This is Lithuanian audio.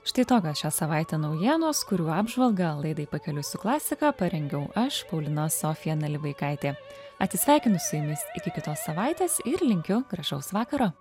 štai tokios šią savaitę naujienos kurių apžvalgą laidai pakeliui su klasika parengiau aš paulina sofija nalivaikaitė atsisveikinu su jumis iki kitos savaitės ir linkiu gražaus vakaro